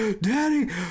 Daddy